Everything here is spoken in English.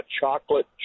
chocolate